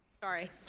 Sorry